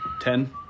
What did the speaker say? Ten